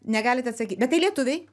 negalit atsakyt bet tai lietuviai